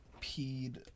peed